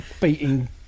beating